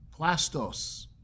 plastos